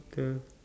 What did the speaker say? uh